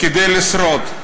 כדי לשרוד.